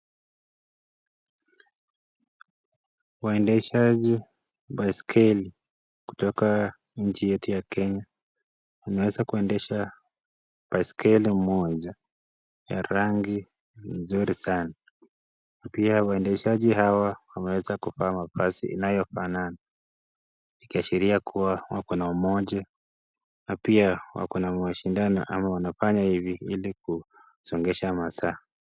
Waendesahji baiskeli kutoka nchi yetu ya Kenya anaweza kuendesha baiskeli moja ya rangi nzuri sana, na pia waendeshaji hawa wanaweza kuvaa mavazi ambayo inayofanana ikiashiria kuwa wako na umoja na pia wako na mashindano na pia wanafanya hivi ili kusongesha masaa.